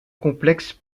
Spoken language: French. complexe